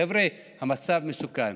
חבר'ה, המצב מסוכן.